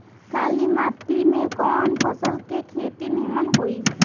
काली माटी में कवन फसल के खेती नीमन होई?